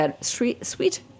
sweet